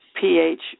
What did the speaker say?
pH